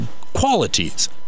qualities